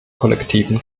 kollektiven